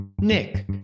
Nick